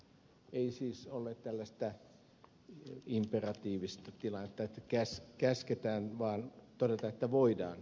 ei siis ole tällaista imperatiivista tilannetta että käsketään vaan todetaan että voidaan